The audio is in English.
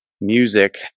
music